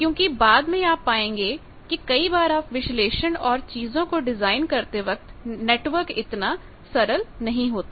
क्योंकि बाद में आप पाएंगे कि कई बार विश्लेषण और चीजों को डिज़ाइन करते वक्त नेटवर्क इतना सरल नहीं होता